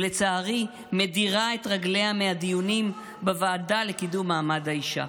ולצערי מדירה את רגליה מהדיונים בוועדה לקידום מעמד האישה.